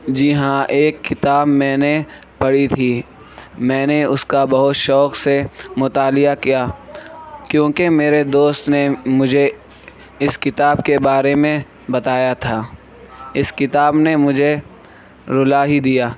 جی ہاں ایک کتاب میں نے پڑھی تھی میں نے اس کا بہت شوق سے مطالعہ کیا کیوں کہ میرے دوست نے مجھے اس کتاب کے بارے میں بتایا تھا اس کتاب نے مجھے رلا ہی دیا